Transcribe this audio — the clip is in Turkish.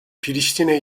priştine